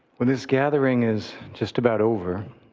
well, this gathering is just about over,